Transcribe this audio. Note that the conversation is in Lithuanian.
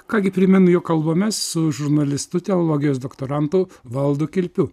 ką gi primenu jog kalbamės su žurnalistu teologijos doktorantu valdu kilpiu